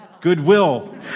Goodwill